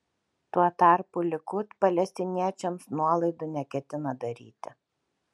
tuo tarpu likud palestiniečiams nuolaidų neketina daryti